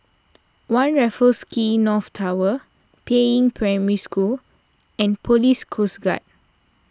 one Raffles Quay North Tower Peiying Primary School and Police Coast Guard